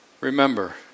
remember